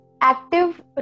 Active